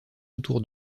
autour